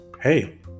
hey